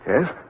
Yes